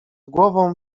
głową